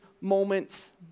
moments